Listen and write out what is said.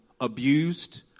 abused